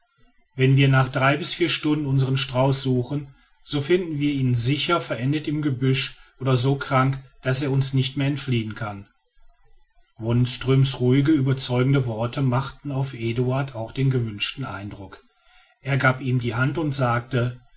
wenn wir nach drei bis vier stunden unseren strauß suchen so finden wir ihn sicher verendet im gebüsch oder so krank daß er uns nicht mehr entfliehen kann wonström's ruhige überzeugende worte machten auf eduard auch den gewünschten eindruck er gab ihm die hand und sagte